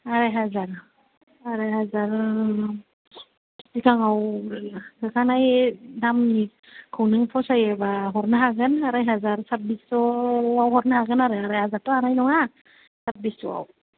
आराइ हाजार आराइ हाजार सिगाङाव सोखानाय दामनिखौ नों फसायोब्ला हरनो हागोन आराइ हाजार साब्बिस'आव हरगोन हागोन आरो आराइ हाजारथ'आवथ' हानाय नङा साब्बिस'आव